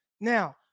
Now